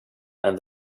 and